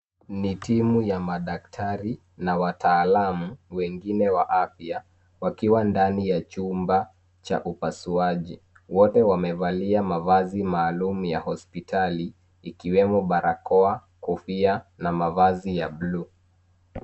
Ni timu ya madaktari na wataalamu wengine wa afya wakiwa ndani ya chumba cha upasuaji. Wote wamevalia mavazi maalum ya hospitali ikiwemo barakoa, kofia na mavazi ya buluu.